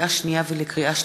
לקריאה שנייה ולקריאה שלישית: